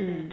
mm